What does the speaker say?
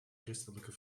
christelijke